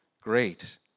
Great